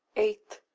eight.